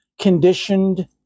conditioned